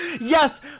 Yes